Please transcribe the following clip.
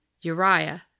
Uriah